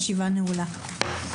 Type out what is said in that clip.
הישיבה נעולה.